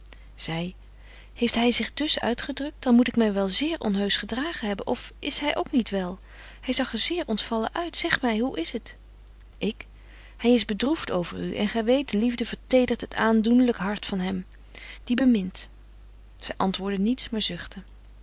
zy heeft hy zich dus uitgedrukt dan moet ik my wel zeer onheusch gedragen hebben of betje wolff en aagje deken historie van mejuffrouw sara burgerhart is hy ook niet wel hy zag er zeer ontvallen uit zeg my hoe is t ik hy is bedroeft over u en gy weet de liefde vertedert het aandoenlyk hart van hem die bemint zy antwoordde niets maar